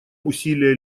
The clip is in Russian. усилия